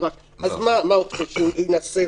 אז מה חושבים שהוא יעשה?